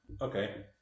okay